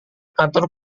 kantor